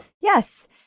Yes